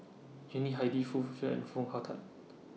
Yuni Hadi Foo Han and Foo Hong Tatt